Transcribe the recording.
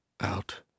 out